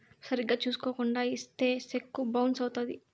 సరిగ్గా చూసుకోకుండా ఇత్తే సెక్కు బౌన్స్ అవుత్తది